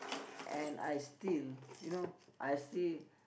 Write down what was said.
and I still you know I still